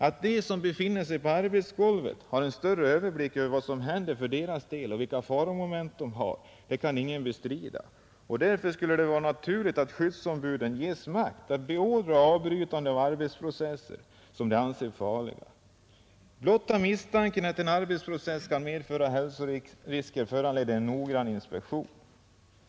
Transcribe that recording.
Att de som befinner sig på arbetsgolvet har en större överblick över vad som händer för deras del och vilka faromoment de utsätts för kan väl ingen bestrida, och därför skulle det väl vara naturligt att skyddsombuden ges makt att beordra avbrytande av arbetsprocesser som de anser farliga. Blotta misstanken om att en arbetsprocess kan medföra hälsorisker borde föranleda en noggrann inspektion.